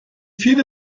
viele